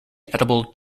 edible